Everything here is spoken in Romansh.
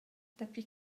dapi